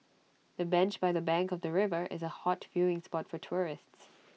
the bench by the bank of the river is A hot viewing spot for tourists